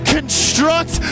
Construct